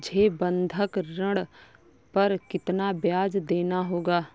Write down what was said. मुझे बंधक ऋण पर कितना ब्याज़ देना होगा?